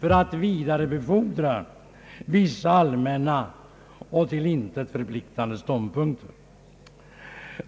för att vidarebefordra vissa allmänna och till intet förpliktande ståndpunkter.